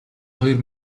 хоёр